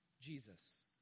Jesus